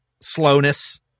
slowness